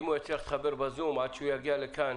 אם הוא יצליח להתחבר בזום עד שהוא יגיע לכאן